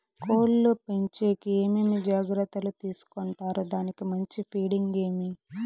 కోళ్ల పెంచేకి ఏమేమి జాగ్రత్తలు తీసుకొంటారు? దానికి మంచి ఫీడింగ్ ఏమి?